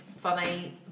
Funny